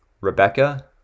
Rebecca